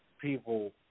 people